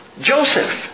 Joseph